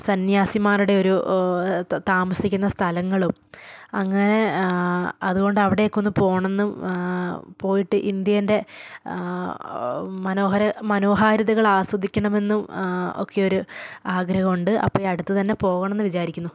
സന്യാസിമാരുടെ ഒരു താമസിക്കുന്ന സ്ഥലങ്ങളും അങ്ങനെ അതുകൊണ്ട് അവിടേക്കൊന്ന് പോകണം എന്നും പോയിട്ട് ഇന്ത്യേൻ്റെ മനോഹര മനോഹാരിതകൾ ആസ്വദിക്കണം എന്നും ഒക്കെ ഒരു ആഗ്രഹം ഉണ്ട് അപ്പം ഈ അടുത്ത് തന്നെ പോകണം എന്ന് വിചാരിക്കുന്നു